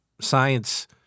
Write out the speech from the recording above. science